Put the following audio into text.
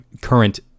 current